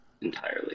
entirely